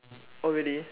oh really